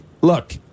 look